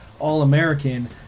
All-American